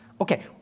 Okay